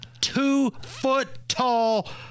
Two-foot-tall